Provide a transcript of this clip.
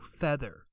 feather